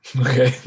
Okay